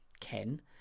Ken